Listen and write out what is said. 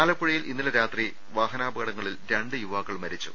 ആലപ്പുഴയിൽ ഇന്നലെ രാത്രി വാഹനാപകടങ്ങളിൽ രണ്ടു യുവാ ക്കൾ മരിച്ചു